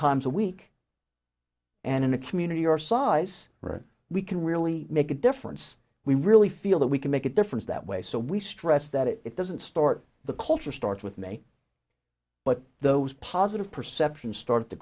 times a week and in a community our size we can really make a difference we really feel that we can make a difference that way so we stress that it doesn't start the culture starts with me but those positive perceptions start the